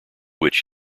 which